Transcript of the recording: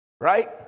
Right